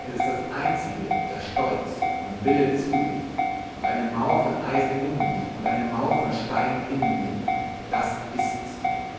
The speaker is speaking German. es ist das einzige der stolz und wille zu sich und eine mauer von eisen um mich und eine mauer von stein in mir das ist's